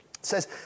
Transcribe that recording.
says